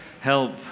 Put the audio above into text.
help